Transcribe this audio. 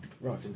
Right